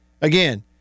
again